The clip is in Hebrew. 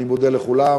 אני מודה לכולם,